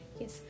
yes